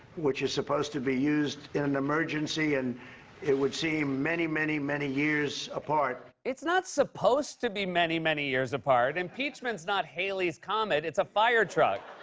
which is supposed to be used in an emergency, and it would seem many, many, many years apart. it's not supposed to be many, many years apart. impeachment's not halley's comet. it's a fire truck.